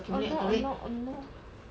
!hannor! !hannor! !hannor!